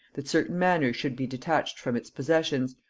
that certain manors should be detached from its possessions,